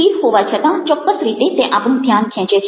સ્થિર હોવા છતાં ચોક્કસ રીતે તે આપણું ધ્યાન ખેંચે છે